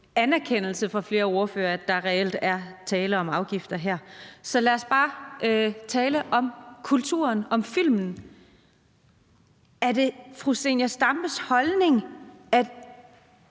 anerkendt af flere ordførere, at der reelt er tale om afgifter her. Så lad os bare tale om kulturen, om filmen. Er det fru Zenia Stampes holdning, at